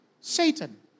Satan